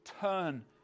turn